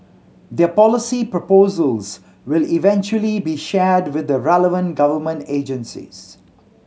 their policy proposals will eventually be shared with the relevant government agencies